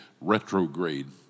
retrograde